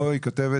פה היא כותבת